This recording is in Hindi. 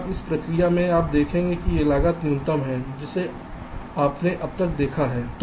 अब इस प्रक्रिया में हम देखेंगे कि यह लागत न्यूनतम है जिसे आपने अब तक देखा है